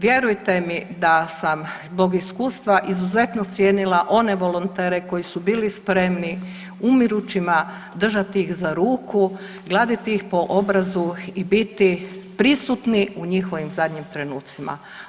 Vjerujte mi da sam zbog iskustva izuzetno cijenila one volontere koji su bili spremni umirućima držati ih za ruku, gladiti ih po obrazu i biti prisutni u njihovim trenucima.